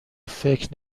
فکر